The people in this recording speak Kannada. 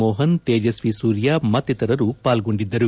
ಮೋಹನ್ ತೇಜಸ್ವಿ ಸೂರ್ಯ ಮತ್ತಿತರರು ಪಾಲ್ಗೊಂಡಿದ್ದರು